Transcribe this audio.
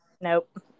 nope